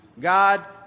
God